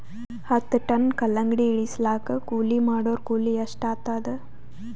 ಹತ್ತ ಟನ್ ಕಲ್ಲಂಗಡಿ ಇಳಿಸಲಾಕ ಕೂಲಿ ಮಾಡೊರ ಕೂಲಿ ಎಷ್ಟಾತಾದ?